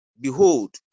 Behold